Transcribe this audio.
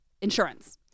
insurance